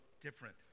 different